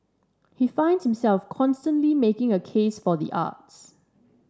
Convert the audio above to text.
he finds himself constantly making a case for the arts